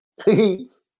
teams